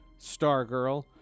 Stargirl